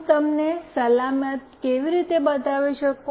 હું તમને સલામત કેવી રીતે બતાવી શકું